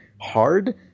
hard